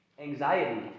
Anxiety